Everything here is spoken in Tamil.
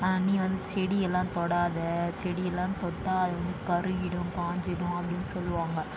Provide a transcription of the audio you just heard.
நீ வந்து செடியெல்லாம் தொடாதே செடியெல்லாம் தொட்டால் அது வந்து கருகிவிடும் காஞ்சுடும் அப்படின்னு சொல்லுவாங்க